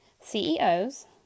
CEOs